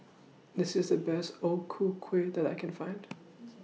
This IS The Best O Ku Kueh that I Can Find